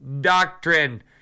doctrine